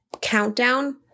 countdown